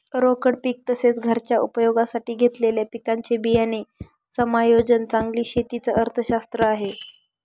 रोकड पीक तसेच, घरच्या उपयोगासाठी घेतलेल्या पिकांचे बियाणे समायोजन चांगली शेती च अर्थशास्त्र आहे